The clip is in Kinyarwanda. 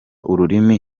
ururimi